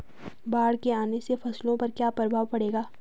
बाढ़ के आने से फसलों पर क्या प्रभाव पड़ेगा?